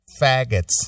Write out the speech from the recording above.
faggots